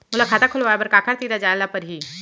मोला खाता खोलवाय बर काखर तिरा जाय ल परही?